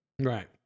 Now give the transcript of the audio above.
right